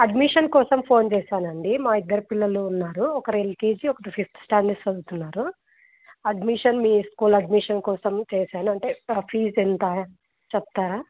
admission కోసం phone చేశానండి మా ఇద్దరి పిల్లలు ఉన్నారు ఒకరు ఎల్కేజీ ఒకరు ఫిఫ్త్ స్టాండర్డ్ చదువుతున్నారు అడ్మిషన్ మీ స్కూల్ అడ్మిషన్ కోసం చేశాను అంటే ఫీజ ఎంత చెప్తారా